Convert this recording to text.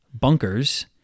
bunkers